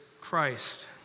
Christ